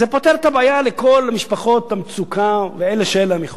זה פותר את הבעיה לכל משפחות המצוקה ואלה שאין להם יכולת.